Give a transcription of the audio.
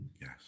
Yes